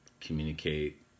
communicate